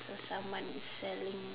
someone is selling